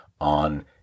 on